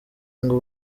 ngo